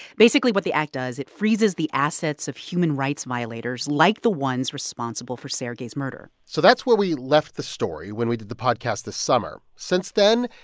basically, what the act does it freezes the assets of human rights violators like the ones responsible for sergei's murder so that's where we left the story when we did the podcast this summer. since then,